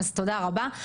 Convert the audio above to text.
תודה רבה.